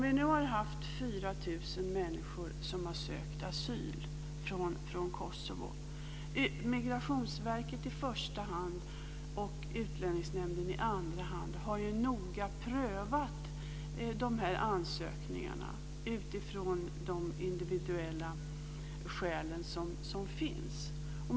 Vi har haft 4 000 människor som har sökt asyl från Kosovo. Migrationsverket i första hand, och Utlänningsnämnden i andra hand, har noga prövat dessa ansökningar utifrån de individuella skäl som finns.